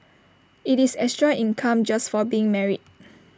IT is extra income just for being married